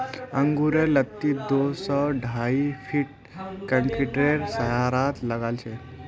अंगूरेर लत्ती दो स ढाई फीटत कंक्रीटेर सहारात लगाछेक